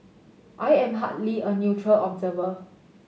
I am hardly a neutral observer